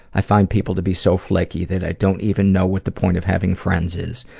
i find people to be so flaky that i don't even know what the point of having friends is.